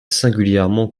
singulièrement